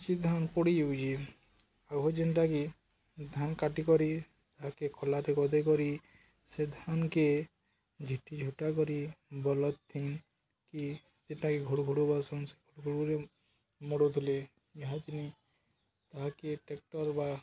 କିଛି ଧାନ ପୋଡ଼ି ଯାଉଚେ ଆଉହୁ ଯେନ୍ଟାକି ଧାନ କାଟି କରିରି ତାହାକେ ଖଲାଟ ଗଦେଇ କରି ସେ ଧାନକେ ଝିଟିି ଝୁଟା କରି ବଲ ନ କି ଯେନ୍ଟାକ ଘୋଡ଼ ଘୋଡ଼ ବାସନ୍ ସେ ଘୋଡ଼ଘୋଡ଼ରେ ମୋଡ଼ୁଥିଲେ ଏହାହା ଚିନି ତାହାକେ ଟ୍ରେକ୍ଟର ବା